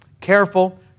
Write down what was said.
careful